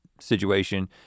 situation